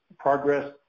progress